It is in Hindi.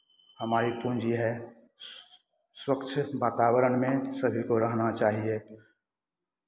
हमारी पूंजी है स्वच्छ वातावरण में सभी को रहना चाहिए